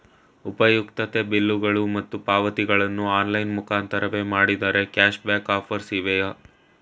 ಉಪಯುಕ್ತತೆ ಬಿಲ್ಲುಗಳು ಮತ್ತು ಪಾವತಿಗಳನ್ನು ಆನ್ಲೈನ್ ಮುಖಾಂತರವೇ ಮಾಡಿದರೆ ಕ್ಯಾಶ್ ಬ್ಯಾಕ್ ಆಫರ್ಸ್ ಇವೆಯೇ?